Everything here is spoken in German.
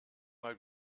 mal